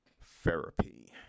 Therapy